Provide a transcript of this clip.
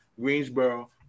Greensboro